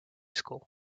school